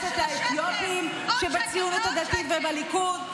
חבריי מש"ס וחברי הכנסת האתיופים שבציונות הדתית ובליכוד,